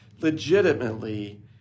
legitimately